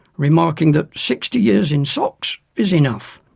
remarking that sixty years in socks is enough.